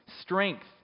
strength